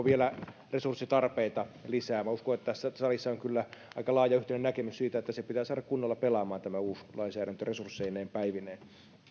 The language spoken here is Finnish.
vielä resurssitarpeita lisää minä uskon että tässä salissa on kyllä aika laaja yhteinen näkemys siitä että tämä uusi lainsäädäntö pitää saada kunnolla pelaamaan resursseineen päivineen